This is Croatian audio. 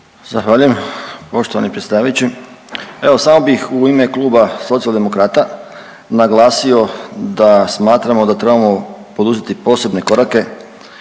Zahvaljujem poštovani predsjedavajući. Evo samo bih u ime kluba Socijaldemokrata naglasio da smatramo da trebamo poduzeti posebne korake